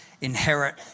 inherit